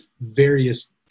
various